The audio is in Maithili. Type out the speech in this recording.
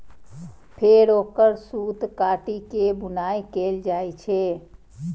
फेर ओकर सूत काटि के बुनाइ कैल जाइ छै